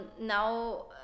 now